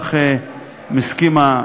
ולכך המציע מסכים.